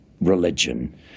religion